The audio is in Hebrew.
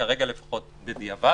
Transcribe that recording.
כרגע לפחות בדיעבד,